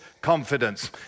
confidence